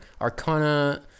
arcana